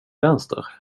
vänster